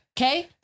Okay